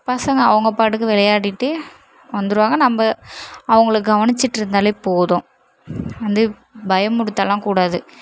பசங்க அவங்க பாட்டுக்கு விளையாடிகிட்டு வந்துருவாங்க நம்ப அவங்கள கவனிச்சிட்யிருந்தாலே போதும் வந்து பயமுடுத்தலாம் கூடாது